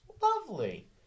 lovely